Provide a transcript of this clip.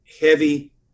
heavy